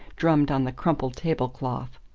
drummed on the crumpled table-cloth.